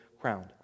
crowned